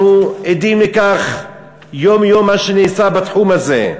אנחנו עדים לכך יום-יום, מה שנעשה בתחום הזה.